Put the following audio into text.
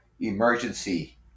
Emergency